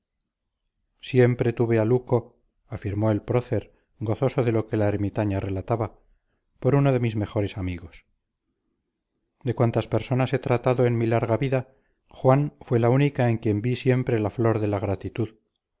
siempre tuve a luco afirmó el prócer gozoso de lo que la ermitaña relataba por uno de mis mejores amigos de cuantas personas he tratado en mi larga vida juan fue la única en quien vi siempre la flor de la gratitud